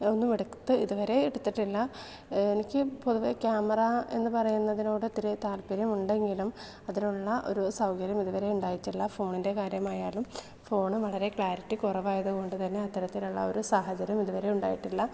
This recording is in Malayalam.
ഒന്നും എടുത്ത് ഇതുവരെ എടുത്തിട്ടില്ല എനിക്ക് പൊതുവെ ക്യാമറാ എന്ന് പറയുന്നതിനോട് ഒത്തിരി താത്പര്യം ഉണ്ടെങ്കിലും അതിനുള്ള ഒരു സൗകര്യം ഇതുവരെ ഉണ്ടായിട്ടില്ല ഫോണിൻ്റെ കാര്യമായാലും ഫോൺ വളരെ ക്ലാരിറ്റി കുറവായതു കൊണ്ടു തന്നെ അത്തരത്തിലുള്ള ഒരു സാഹചര്യം ഇതുവരെ ഉണ്ടായിട്ടില്ല